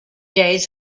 days